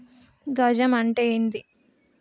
గజం అంటే ఏంది?